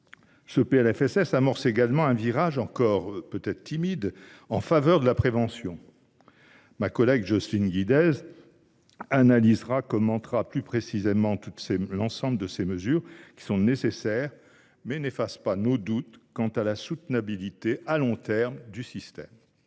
Le texte amorce également un virage encore un peu timide en faveur de la prévention. Ma collègue Jocelyne Guidez commentera plus précisément l’ensemble de ces mesures, qui sont nécessaires, mais qui n’effacent pas nos doutes quant à la soutenabilité à long terme du système.